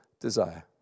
desire